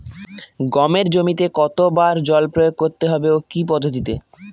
গমের জমিতে কতো বার জল প্রয়োগ করতে হবে ও কি পদ্ধতিতে?